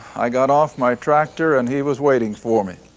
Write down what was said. i got off my tractor and he was waiting for me.